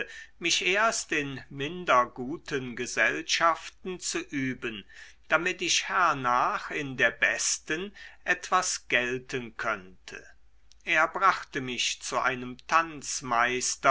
mich erst in minder guten gesellschaften zu üben damit ich hernach in der besten etwas gelten könnte er brachte mich zu einem